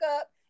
up